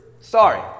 Sorry